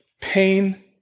pain